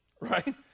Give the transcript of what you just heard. right